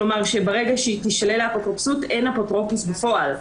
כלומר שברגע שתישלל האפוטרופסות אין אפוטרופוס בפועל,